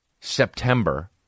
September